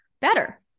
better